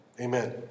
Amen